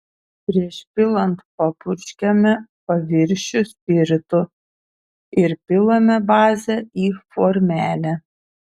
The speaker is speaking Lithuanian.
prieš pilant papurškiame paviršių spiritu ir pilame bazę į formelę